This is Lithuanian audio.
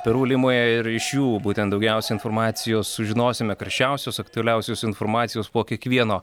peru limoje ir iš jų būtent daugiausiai informacijos sužinosime karščiausios aktualiausios informacijos po kiekvieno